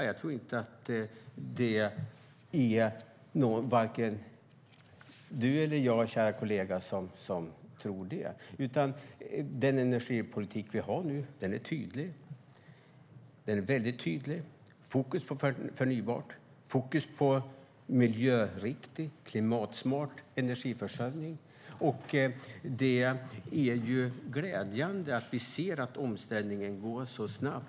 Jag tror inte att vare sig du eller jag tror det, kära kollega. Den energipolitik vi har nu är tydlig. Den är väldig tydlig med att fokus ska vara på förnybart och på miljöriktig och klimatsmart energiförsörjning. Det är glädjande att omställningen går snabbt.